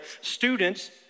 Students